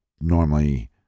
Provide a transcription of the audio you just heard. normally